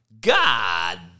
God